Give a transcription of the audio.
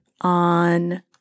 on